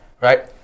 right